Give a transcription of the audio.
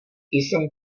jsem